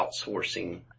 outsourcing